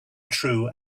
true